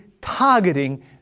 targeting